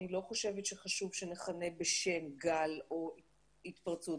אני לא חושבת שחשוב שנכנה בשם גל או התפרצות.